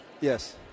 yes